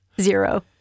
zero